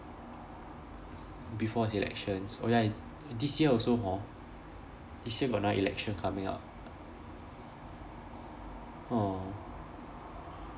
before the elections oh ya this year also hor this year got another election coming up oh